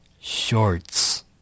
shorts